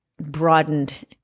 broadened